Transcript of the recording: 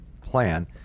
plan